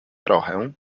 trochę